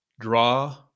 draw